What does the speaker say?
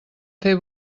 fer